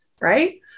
right